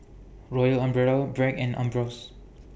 Royal Umbrella Bragg and Ambros